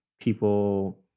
people